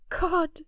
god